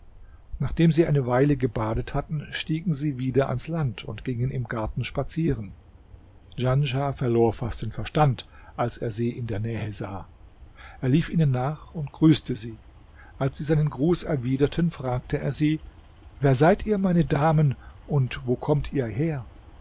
nachdem sie eine weile gebadet hatten stiegen sie wieder ans land und gingen im garten spazieren djanschah verlor fast den verstand als er sie in der nähe sah er lief ihnen nach und grüßte sie als sie seinen gruß erwiderten fragte er sie wer seid ihr meine damen und wo kommt ihr her